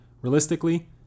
Realistically